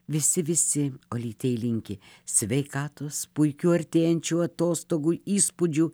visi visi olytei linki sveikatos puikių artėjančių atostogų įspūdžių